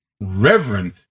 reverend